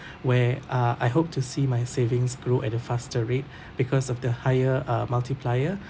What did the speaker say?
where uh I hope to see my savings grow at a faster rate because of the higher uh multiplier